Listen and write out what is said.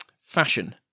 Fashion